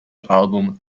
album